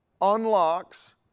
unlocks